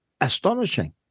astonishing